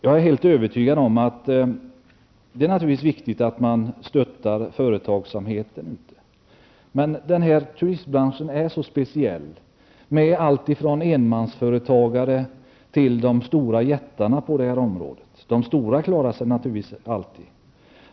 Jag är helt övertygad om att det är viktigt att stötta företagsamheten. Men turistbranschen är så speciell med allt från enmansföretagare till de stora jättarna på området. De stora klarar sig naturligtvis alltid.